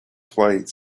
flight